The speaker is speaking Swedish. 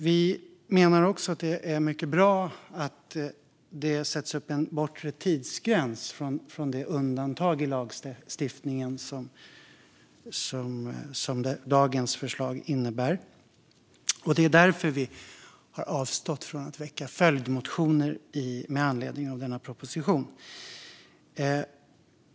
Vi menar också att det är mycket bra att det sätts en bortre tidsgräns för det undantag i lagstiftningen som dagens förslag innebär. Det är därför vi har avstått från att väcka följdmotioner med anledning av denna proposition.